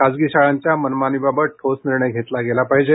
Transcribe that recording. खासगी शाळांच्या मनमानी बाबत ठोस निर्णय घेतला गेला पाहिजे